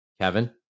Kevin